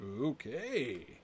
Okay